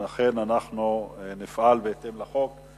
וכן, אנחנו נפעל בהתאם לחוק,